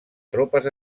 tropes